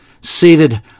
seated